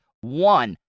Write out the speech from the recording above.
one